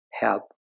help